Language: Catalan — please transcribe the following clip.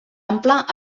ampla